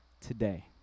today